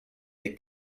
they